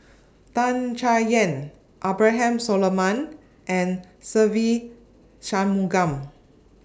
Tan Chay Yan Abraham Solomon and Se Ve Shanmugam